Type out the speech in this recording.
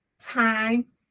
time